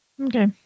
Okay